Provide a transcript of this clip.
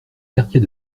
quartier